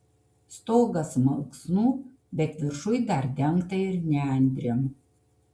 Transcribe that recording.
stogas malksnų bet viršuj dar dengta ir nendrėm